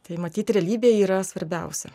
tai matyt realybė yra svarbiausia